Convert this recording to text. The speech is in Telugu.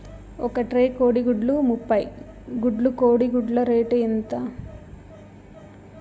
ఒక ట్రే కోడిగుడ్లు ముప్పై గుడ్లు కోడి గుడ్ల రేటు ఎంత?